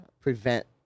prevent